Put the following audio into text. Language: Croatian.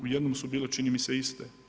U jednom su bile, čini mi se iste.